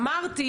אמרתי